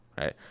right